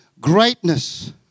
greatness